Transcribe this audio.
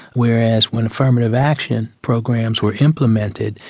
whereas when affirmative action programs were implemented,